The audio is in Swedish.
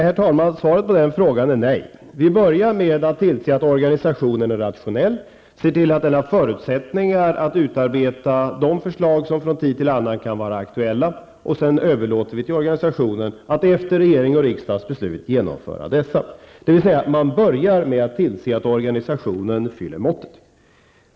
Herr talman! Svaret på den frågan är nej. Vi börjar med att tillse att organisationen är rationell, att den har förutsättningar att utarbeta de förslag som från tid till annan kan vara aktuella, och sedan överlåter vi till organisationen att efter det att regeringen och riksdagen har fattat beslut genomföra dessa. Man börjar alltså med att tillse att organisationen fyller måttet.